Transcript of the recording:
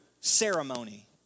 ceremony